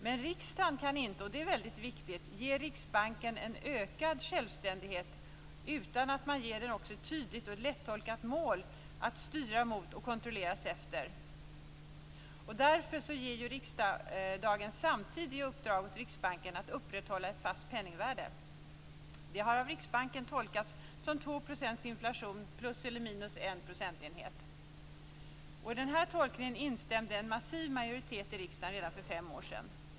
Men riksdagen kan inte, och det är väldigt viktigt, ge Riksbanken en ökad självständighet utan att man också ger den ett tydligt och lättolkat mål att styra mot och kontrolleras efter. Därför ger riksdagen samtidigt i uppdrag åt Riksbanken att upprätthålla ett fast penningvärde. Det har av Riksbanken tolkats som 2 % inflation plus eller minus en procentenhet. I den här tolkningen instämde en massiv majoritet av riksdagen redan för fem år sedan.